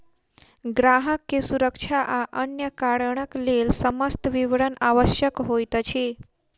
ग्राहक के सुरक्षा आ अन्य कारणक लेल समस्त विवरण आवश्यक होइत अछि